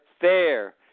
fair